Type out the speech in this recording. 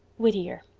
whittier